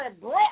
breath